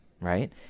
right